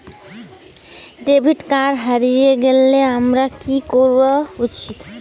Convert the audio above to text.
Debit card হারিয়ে গেলে আমার কি করা উচিৎ?